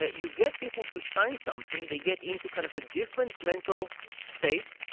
ah you get people to sign something. they get into kind of a different mental state.